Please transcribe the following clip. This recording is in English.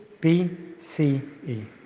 BCE